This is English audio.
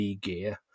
gear